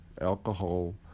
alcohol